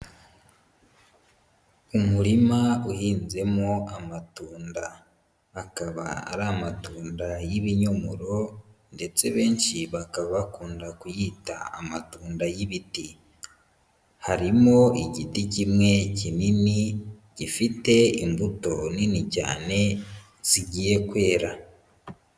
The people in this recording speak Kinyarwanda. Umurima uhinzemo amatunda, akaba ari amatunda y'ibinyomoro ndetse benshi bakaba bakunda kuyita amatunda y'ibiti, harimo igiti kimwe kinini gifite imbuto nini cyane zigiye kwera.